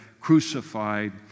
crucified